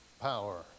power